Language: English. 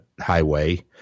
highway